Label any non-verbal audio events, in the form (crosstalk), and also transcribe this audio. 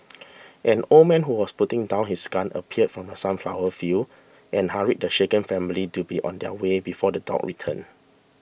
(noise) an old man who was putting down his gun appeared from the sunflower fields and hurried the shaken family to be on their way before the dogs return